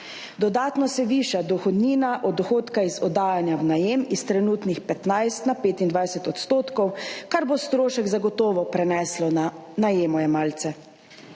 Dodatno se viša dohodnina od dohodka iz oddajanja v najem iz trenutnih 15 na 25 %, kar bo strošek zagotovo preneslo na najemojemalce.